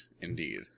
indeed